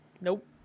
nope